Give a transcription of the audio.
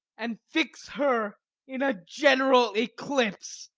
and fix her in a general eclipse.